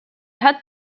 had